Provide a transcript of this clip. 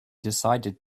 decided